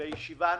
לישיבה נוספת.